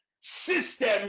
system